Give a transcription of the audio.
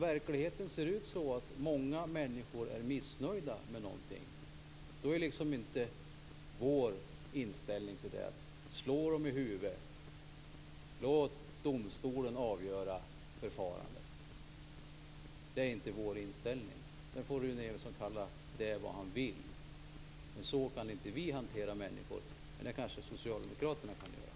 Verkligheten är att när många människor är missnöjda med någonting, är det inte vår inställning att man skall slå dem i huvudet och låta domstolen avgöra förfarandet. Sedan får Rune Evensson kalla det vad han vill. Så kan inte vi hantera människor, men det kanske socialdemokraterna kan göra.